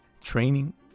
training